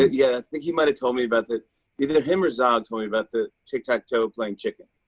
yeah. i think he might have told me about that either him or zog told me about the ticktacktoe-playing chicken.